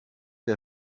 der